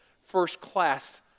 first-class